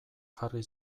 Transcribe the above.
jarri